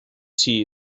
see